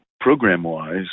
program-wise